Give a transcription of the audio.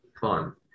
fun